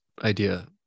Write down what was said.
idea